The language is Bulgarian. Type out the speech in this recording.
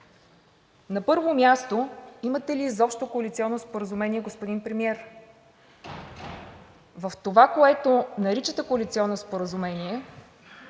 На първо място, имате ли изобщо коалиционно споразумение, господин Премиер? В това, което наричате коалиционно споразумение,